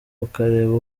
ukareba